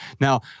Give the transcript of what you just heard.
Now